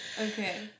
Okay